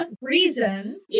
reason